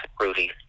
Rudy